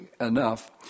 enough